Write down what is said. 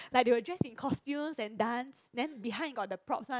like they will just in costumes and dances then behind got the props one